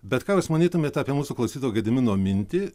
bet ką jūs manytumėt apie mūsų klausytojo gedimino mintį